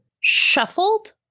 Shuffled